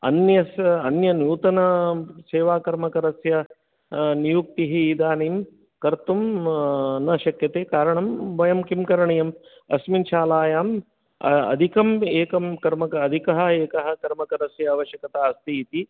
अन्यस्य अन्य नूतनसेवाकर्मकरस्य नियुक्तिः इदानीं कर्तुं न शक्यते कारणं वयं किं करणीयम् अस्मिन् शालायां अधिकम् एकं कर्मकर अधिकः एकः कर्मकरस्य अवश्यकता अस्ति इति